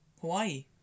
Hawaii